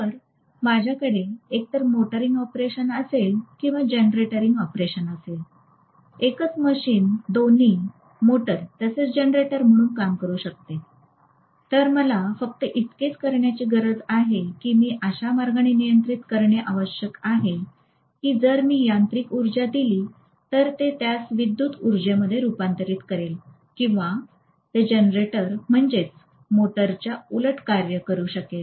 तर माझ्याकडे एकतर मोटरिंग ऑपरेशन असेल किंवा जनरेटिंग ऑपरेशन असेल एकच मशीन दोन्ही मोटर तसेच जनरेटर म्हणून काम करू शकते तर मला फक्त इतकेच करण्याची गरज आहे की मी अशा मार्गाने नियंत्रित करणे आवश्यक आहे की जर मी यांत्रिक ऊर्जा दिली तर ते त्यास विद्युत उर्जेमध्ये रूपांतरित करेल आणि किंवा ते जनरेटर म्हणजेच मोटोरच्या उलट कार्य करू शकेल